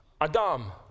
Adam